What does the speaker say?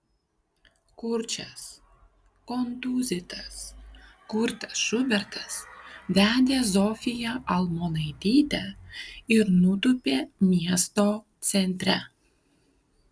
kurčias kontūzytas kurtas šubertas vedė zofiją almonaitytę ir nutūpė miesto centre